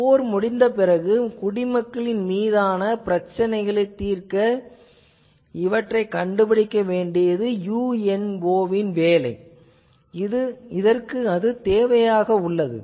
போர் முடிந்த பிறகு குடிமக்களின் மீதான பிரச்சனைகளைத் தீர்க்க இவற்றைக் கண்டுபிடிக்க வேண்டியது UNO வின் வேலை இதற்கு அது தேவையாக உள்ளது